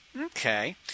Okay